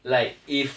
like if